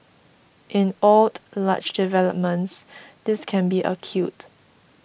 in old large developments this can be acute